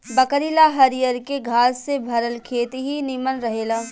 बकरी ला हरियरके घास से भरल खेत ही निमन रहेला